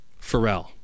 Pharrell